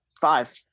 five